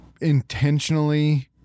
Intentionally